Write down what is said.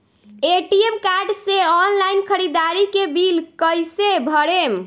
ATM card से online ख़रीदारी के बिल कईसे भरेम?